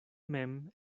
mem